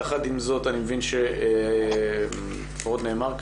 יחד עם זאת אני מבין לפי מה שנאמר פה